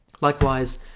Likewise